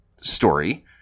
story